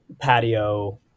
patio